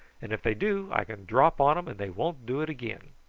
and if they do i can drop on em and they won't do it again.